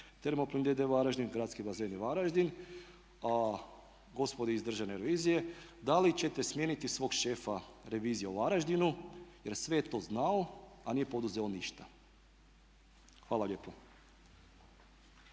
Termoplin d.d. Varaždin, Gradski bazeni Varaždin a gospodi iz Državne revizije da li ćete smijeniti svog šefa revizije u Varaždinu jer sve je to znao, a nije poduzeo ništa. Hvala lijepo.